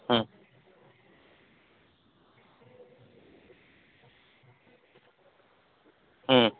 হুম হুম